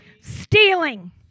Stealing